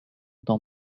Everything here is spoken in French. dans